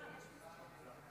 נמנע אחד.